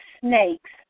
snakes